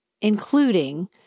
including